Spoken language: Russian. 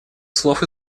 слов